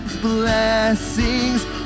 Blessings